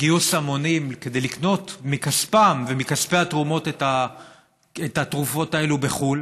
גיוס המוני כדי לקנות מכספם ומכספי התרומות את התרופות האלה בחו"ל,